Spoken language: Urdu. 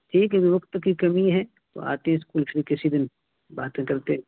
ٹھیک ہے وقت کی کمی ہے تو آتی اسکول فری کسی دن باتیں کرتے